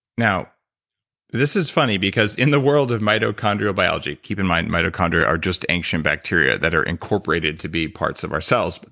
now this is funny because in the world of mitochondrial biology, keep in mind mitochondria are just ancient bacteria that are incorporated to be parts of our cells, but